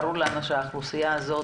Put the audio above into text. ברור לנו שהאוכלוסייה הזאת,